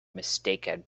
mistaken